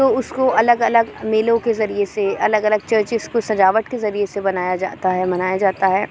تو اس کو الگ الگ میلوں کے ذریعے سے الگ الگ چرچس کو سجاوٹ کے ذریعے سے بنایا جاتا ہے منایا جاتا ہے